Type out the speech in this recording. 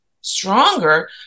stronger